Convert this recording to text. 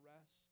rest